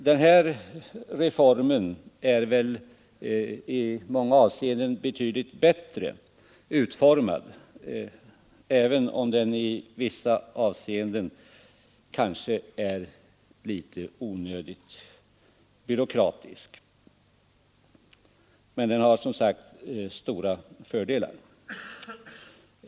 Den här reformen är i många avseenden betydligt bättre utformad, även om den i vissa avseenden kanske är onödigt byråkratisk. Men den har som sagt stora fördelar.